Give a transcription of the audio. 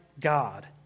God